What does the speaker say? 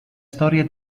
storia